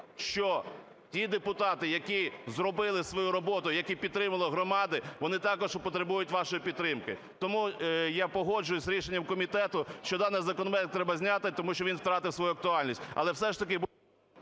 що ті депутати, які зробили свою роботу, які підтримали громади, вони також потребують вашої підтримки. Тому я погоджуюся з рішенням комітету, що даний законопроект треба зняти, тому що він втратив свою актуальність.